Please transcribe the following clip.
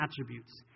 attributes